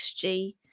XG